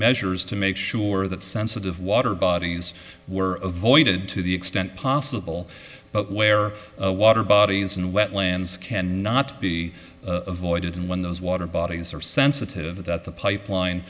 measures to make sure that sensitive water bodies were avoided to the extent possible but where water bodies and wetlands can not be avoided and when those water bodies are sensitive that the pipeline